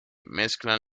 mezclan